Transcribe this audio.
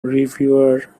reviewer